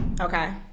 Okay